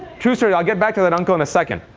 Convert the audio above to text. true story i'll get back to that uncle in a second.